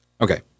Okay